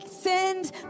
send